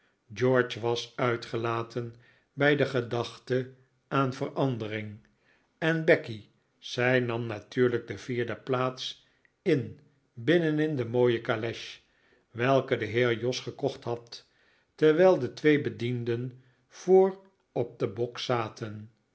george was uitgelaten bij de gedachte aan verandering en becky zij nam natuurlijk de vierde plaats in binnenin de mooie caleche welke de heer jos gekocht had terwijl de twee bedienden voor op den bok zaten